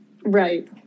Right